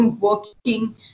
working